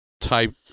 type